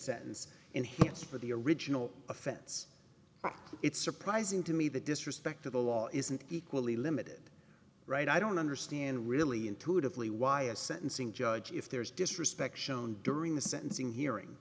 sentence and hence for the original offense it's surprising to me the disrespect for the law isn't equally limited right i don't understand really intuitively why a sentencing judge if there is disrespect shown during the sentencing hearing